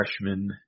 freshman